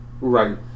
right